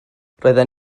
roedden